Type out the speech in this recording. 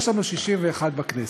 יש לנו 61 בכנסת.